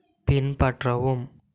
பின்பற்றவும்